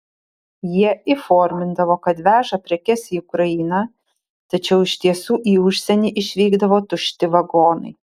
jie įformindavo kad veža prekes į ukrainą tačiau iš tiesų į užsienį išvykdavo tušti vagonai